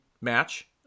Match